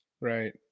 Right